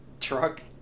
Truck